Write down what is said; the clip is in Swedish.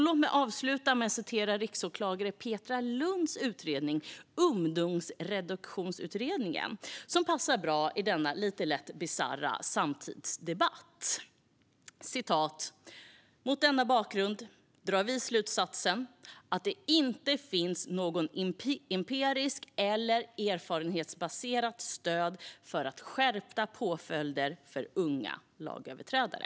Låt mig avsluta med att citera riksåklagare Petra Lundhs ungdomsreduktionsutredning - det passar bra i denna lite lätt bisarra samtidsdebatt. I utredningen står: "Mot denna bakgrund drar vi slutsatsen att det inte finns något empiriskt, eller erfarenhetsbaserat, stöd för skärpta påföljder för unga lagöverträdare."